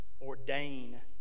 ordain